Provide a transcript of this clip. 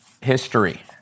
history